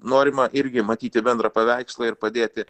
norima irgi matyti bendrą paveikslą ir padėti